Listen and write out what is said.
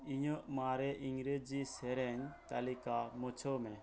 ᱤᱧᱟᱹᱜ ᱢᱟᱨᱮ ᱤᱝᱨᱮᱡᱤ ᱥᱮᱨᱮᱧ ᱛᱟᱹᱞᱤᱠᱟ ᱢᱩᱪᱷᱟᱹᱣ ᱢᱮ